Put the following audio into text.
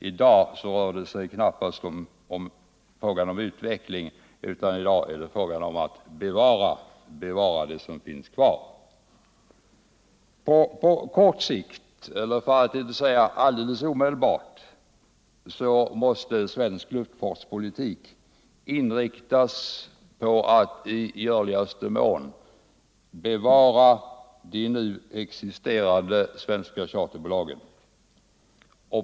I dag rör det sig knappast om utveckling, utan nu är det fråga om att bevara vad som finns kvar. På kort sikt, för att inte säga alldeles omedelbart, måste svensk luftfartspolitik inriktas på att i görligaste mån bevara de nu existerande svenska charterbolagen.